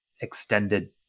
extended